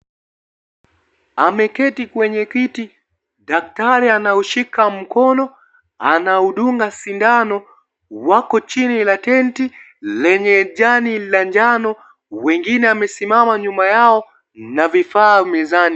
Ameketi kwenye kiti, daktari anaushika mkono, anaudunga sindano, wako chini ya tenti lenye jani la njano, wengine wamesimama nyuma yao na vifaa mezani.